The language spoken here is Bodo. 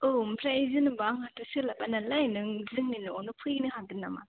औ ओमफ्राय जेन'बा आहाथ' सोलाबा नालाय नों जोंनि न'आवनो फैनो हागोन नामा